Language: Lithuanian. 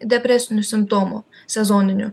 depresinių simptomų sezoninių